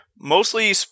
Mostly